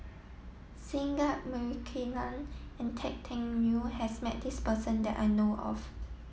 Singai Mukilan and Tan Teck Neo has met this person that I know of